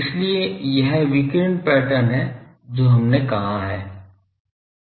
इसलिए यह विकिरण पैटर्न है जो हमने कहा है